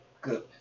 good